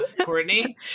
courtney